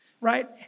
right